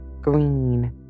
green